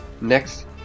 Next